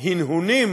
הנהונים